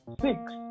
Six